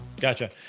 gotcha